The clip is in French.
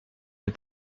des